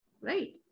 Right